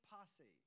Posse